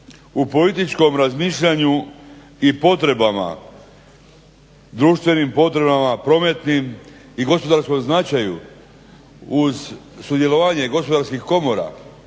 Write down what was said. u političkom razmišljanju i društvenim potrebama i prometnim i gospodarskom značaju uz sudjelovanje gospodarskih komora